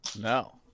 No